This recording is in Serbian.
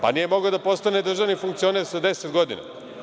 Pa, nije mogao da postane državni funkcioner sa 10 godina.